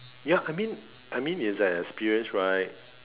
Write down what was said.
ya I mean I mean it's like experience right